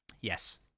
Yes